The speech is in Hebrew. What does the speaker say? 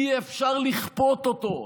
אי-אפשר לכפות אותו.